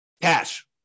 Cash